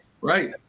Right